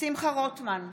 שמחה רוטמן,